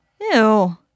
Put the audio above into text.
Ew